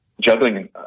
juggling